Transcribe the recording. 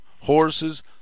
horses